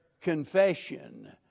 confession